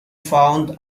found